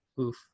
Oof